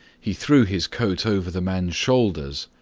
he threw his coat over the man's shoulders,